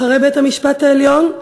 אחרי בית-המשפט העליון,